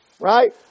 right